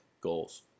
goals